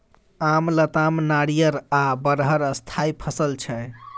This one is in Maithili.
आम, लताम, नारियर आ बरहर स्थायी फसल छै